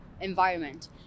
environment